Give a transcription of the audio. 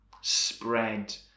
Spread